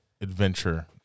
adventure